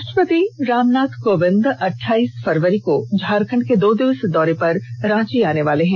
राष्ट्रपति डॉ रामनाथ कोविंद अठाईस फरवरी को झारखंड के दो दिवसीय दौरे पर रांची आने वाले हैं